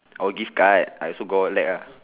oh gift card I also got relax ah